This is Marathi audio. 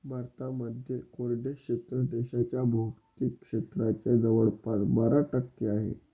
भारतामध्ये कोरडे क्षेत्र देशाच्या भौगोलिक क्षेत्राच्या जवळपास बारा टक्के आहे